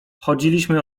chodziliśmy